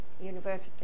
university